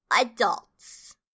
adults